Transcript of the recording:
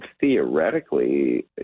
theoretically